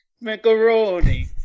macaroni